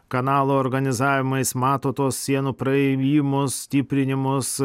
kanalo organizavimą jis mato tuos sienų praėjimus stiprinimus